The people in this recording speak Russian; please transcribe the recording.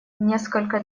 несколько